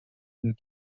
and